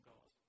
God